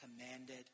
commanded